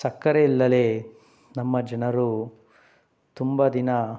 ಸಕ್ಕರೆಯಿಲ್ಲದೆ ನಮ್ಮ ಜನರು ತುಂಬ ದಿನ